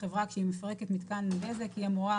החברה כשהיא מפרקת מתקן בזק היא אמורה